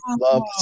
love